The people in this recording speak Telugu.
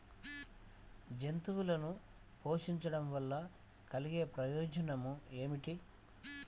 జంతువులను పోషించడం వల్ల కలిగే ప్రయోజనం ఏమిటీ?